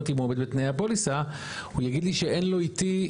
אם הוא עומד בתנאי הפוליסה הוא יגיד לי שאין לו איתי,